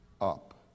up